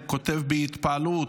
הוא כותב בהתפעלות: